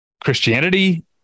christianity